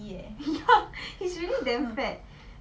ya he's really damn fat